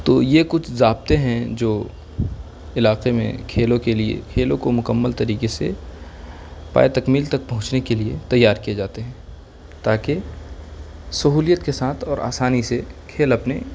تو یہ کچھ ضابطے ہیں جو علاقے میں کھیلوں کے لیے کھیلوں کو مکمل طریقے سے پایۂ تکمیل تک پہنچنے کے لیے تیار کیے جاتے ہیں تاکہ سہولیت کے ساتھ اور آسانی سے کھیل اپنے